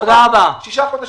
שישה חודשים.